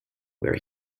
where